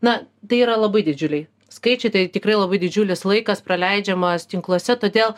na tai yra labai didžiuliai skaičiai tai tikrai labai didžiulis laikas praleidžiamas tinkluose todėl